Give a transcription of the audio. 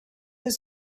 his